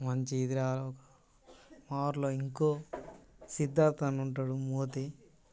మంచిది రావాలా మా ఊళ్ళో ఇంకో సిద్ధార్థ అని ఉంటాడు మోది